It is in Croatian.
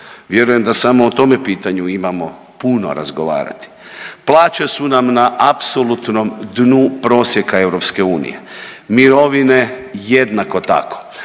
vjerujem da samo o tome pitanju imamo puno razgovarati. Plaće su nam na apsolutnom dnu prosjeka EU, mirovine jednako tako,